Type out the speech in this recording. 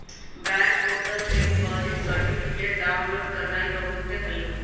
bank portal से deposit certificate download करनाइ बहुते हल्लुक हइ